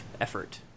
effort